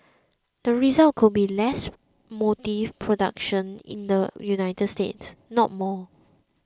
the result could be less motive production in the United States not more